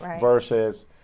versus